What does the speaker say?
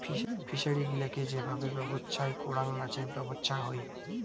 fishery গিলাকে যে ভাবে ব্যবছস্থাই করাং মাছের ব্যবছা হই